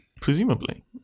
Presumably